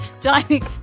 Dining